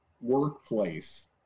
workplace